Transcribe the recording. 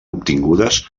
obtingudes